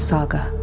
Saga